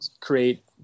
create